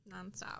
nonstop